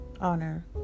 honor